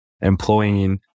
employing